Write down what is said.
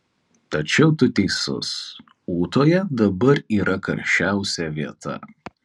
tačiau tu teisus ūtoje dabar yra karščiausia vieta